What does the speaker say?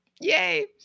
Yay